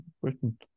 Britain